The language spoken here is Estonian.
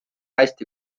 hästi